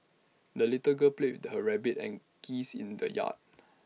the little girl played her rabbit and geese in the yard